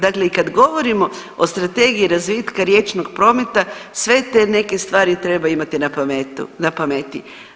Dakle i kad govorimo o Strategiji razvitka riječnog prometa sve te neke stvari treba imati na pameti.